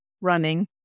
running